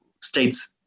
states